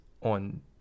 on